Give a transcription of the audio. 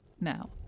Now